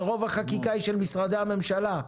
ורוב החקיקה היא של משרדי הממשלה,